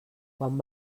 quan